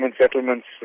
settlements